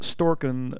Storken